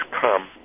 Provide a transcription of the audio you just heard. come